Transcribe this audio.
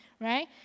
Right